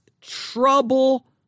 trouble